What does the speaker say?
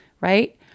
right